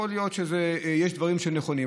יכול להיות שיש דברים שהם נכונים,